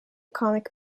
comic